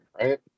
right